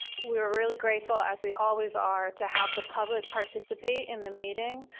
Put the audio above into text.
we're really grateful as we always are to have the public participate in the meeting.